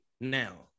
now